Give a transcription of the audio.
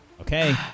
Okay